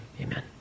amen